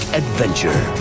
adventure